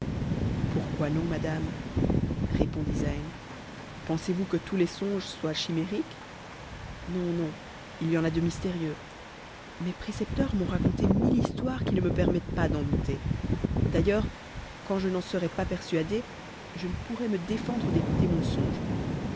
pourquoi non madame répondit zeyn pensez-vous que tous les songes soient chimériques non non il y en a de mystérieux mes précepteurs m'ont raconté mille histoires qui ne me permettent pas d'en douter d'ailleurs quand je n'en serais pas persuadé je ne pourrais me détendre d'écouter